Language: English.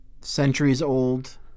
centuries-old